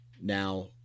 Now